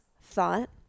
thought